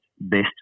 best